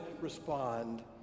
respond